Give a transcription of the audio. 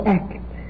act